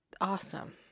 awesome